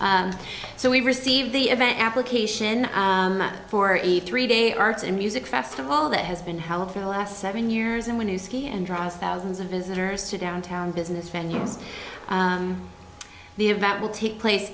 and so we receive the event application for each three day arts and music festival that has been held for the last seven years and when you ski and draws thousands of visitors to downtown business faneuil's the event will take place